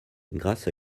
grâce